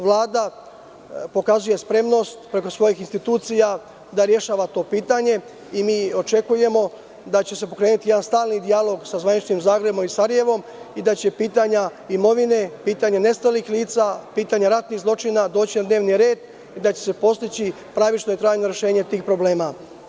Vladapokazuje spremnost preko svojih institucija da rešava to pitanje i mi očekujemo da će se pokrenuti jedan stalni dijalog sa zvaničnim Zagrebom i Sarajevom i da će pitanje imovine, pitanje nestalih lica, pitanje ratnih zločina doći na dnevni red i da će se postići pravično i trajno rešenje tih problema.